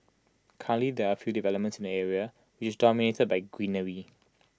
there are few developments in the area which is dominated by greenery